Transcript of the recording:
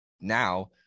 now